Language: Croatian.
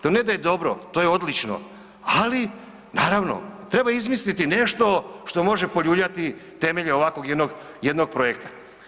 To ne da je dobro, to je odlično, ali naravno treba izmisliti nešto što može poljuljati temelje ovakvog jednog, jednog projekta.